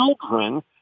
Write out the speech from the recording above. children